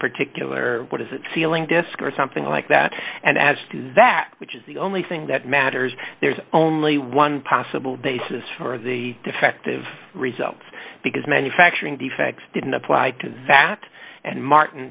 particular what is it sealing disk or something like that and as to that which is the only thing that matters there's only one possible basis for the defective results because manufacturing defects didn't apply to vat and martin